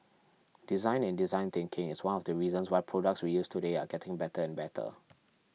design and design thinking is one of the reasons why products we use today are getting better and better